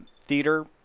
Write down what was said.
theater